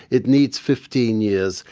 it needs fifteen years,